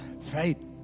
faith